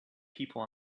people